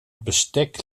bestek